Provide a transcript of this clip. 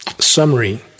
Summary